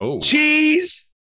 Cheese